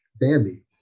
Bambi